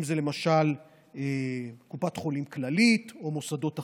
אם זה למשל קופת חולים כללית או מוסדות אחרים.